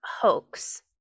hoax